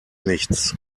nichts